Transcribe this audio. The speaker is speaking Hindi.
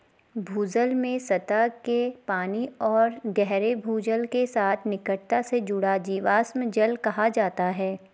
भूजल में सतह के पानी और गहरे भूजल के साथ निकटता से जुड़ा जीवाश्म जल कहा जाता है